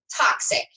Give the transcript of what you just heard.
toxic